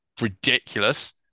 ridiculous